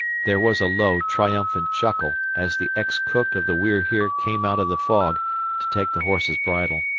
there was a low, triumphant chuckle, as the ex-cook of the we're here came out of the fog to take the horse's bridle.